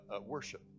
worship